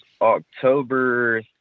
October